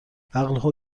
عقل